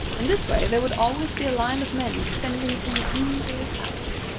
in this way there would always be a line of men extending from the king to his palace.